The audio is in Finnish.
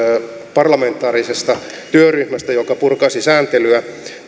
parlamentaarisesta työryhmästä joka purkaisi sääntelyä